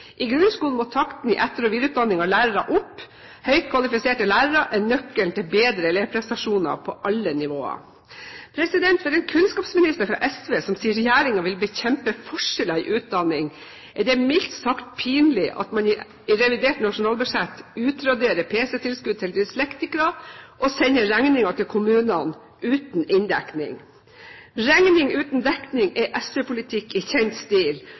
I grunnskolen må takten i etter- og videreutdanning av lærere opp. Høyt kvalifiserte lærere er nøkkelen til bedre elevprestasjoner på alle nivåer. For en kunnskapsminister fra SV som sier regjeringen vil bekjempe forskjeller i utdanning, er det mildt sagt pinlig at man i revidert nasjonalbudsjett utraderer pc-tilskudd til dyslektikere og sender regningen til kommunene uten inndekning. Regning uten inndekning er SV-politikk i kjent stil,